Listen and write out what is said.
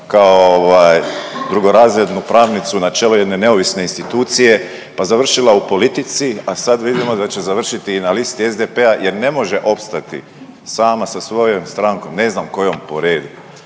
ovaj drugorazrednu pravnicu na čelo jedne neovisne institucije, pa završila u politici, a sad vidimo da će završiti i na listi SDP-a jer ne može opstati sama sa svojom strankom, ne znam kojom po redu